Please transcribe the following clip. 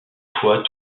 fois